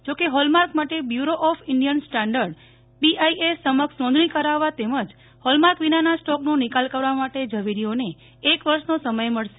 જોકે હોલમાર્ક માટે bureau of Indian standards BIS સમક્ષ નોંધણી કરાવવા તથા હોલમાર્ક વિનાના સ્ટોકનો નિકાલ કરવા માટે જવેરીઓને એક વર્ષનો સમય મળશે